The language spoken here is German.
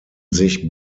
sich